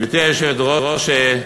גברתי היושבת-ראש,